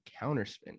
Counterspin